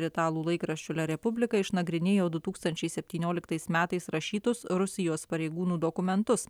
ir italų laikraščiu lia republika išnagrinėjo du tūkstančiai septynioliktais metais rašytus rusijos pareigūnų dokumentus